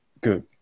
good